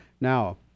Now